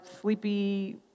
sleepy